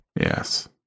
Yes